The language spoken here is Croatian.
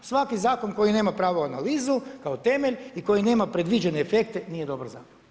Svaki zakon koji nema pravu analizu kao temelj i koji nema predviđene efekte nije dobar zakon.